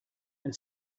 and